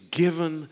given